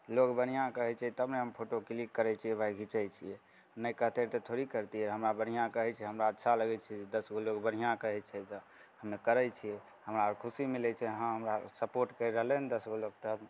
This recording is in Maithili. लोग बढ़िआँ कहै छै तब ने फोटो क्लिक करैत छियै भाइ घीचै छियै नहि कहतै तऽ थोड़ी करतियै हमरा बढ़िआँ कहैत छै हमरा अच्छा लगैत छै दश गो लोग बढ़िआँ कहैत छै तऽ हमे करैत छियै हमरा आओर खुशी मिलैत छै हँ हमरा सपोट करि रहलै हन दश गो लोक तऽ अभी